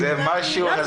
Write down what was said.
זה משהו הזוי.